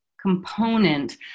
component